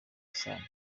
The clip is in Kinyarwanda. isano